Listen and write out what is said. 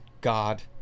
God